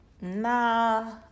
nah